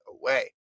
away